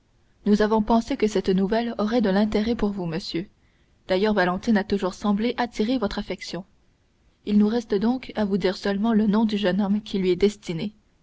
nous avons pensé que cette nouvelle aurait de l'intérêt pour vous monsieur d'ailleurs valentine a toujours semblé attirer votre affection il nous reste donc à vous dire seulement le nom du jeune homme qui lui est destiné